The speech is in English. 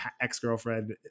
ex-girlfriend